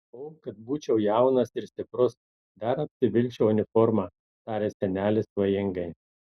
o kad būčiau jaunas ir stiprus dar apsivilkčiau uniformą tarė senelis svajingai